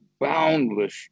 boundless